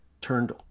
turned